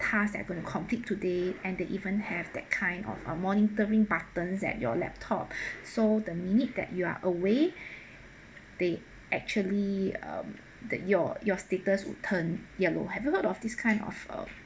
task that I going to complete today and they even have that kind of a monitoring buttons at your laptop so the minute that you are away they actually um the your your status would turn yellow have you heard of this kind of uh